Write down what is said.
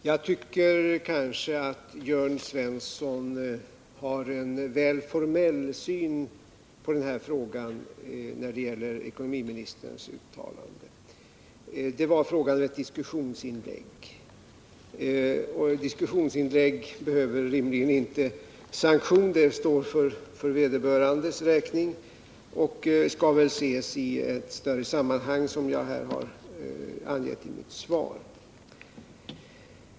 Herr talman! Jag tycker kanske att Jörn Svensson har en väl formell syn på ekonomiministerns uttalande. Det var fråga om ett diskussionsinlägg, och ett sådant behöver rimligen inte sanktion. Det får stå för vederbörandes räkning och skall väl ses i det större sammanhang som jag har angett i mitt svar.